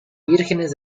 vírgenes